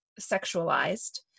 sexualized